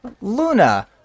Luna